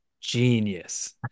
genius